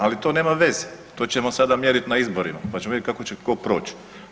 Ali to nema veze, to ćemo sada mjeriti na izborima pa ćemo vidjeti kako će tko proći.